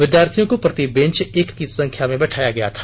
विद्यार्थियों को प्रति बेंच एक की संख्या में बैठाया गया था